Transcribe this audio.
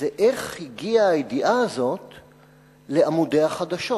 זה איך הגיעה הידיעה הזו לעמודי החדשות.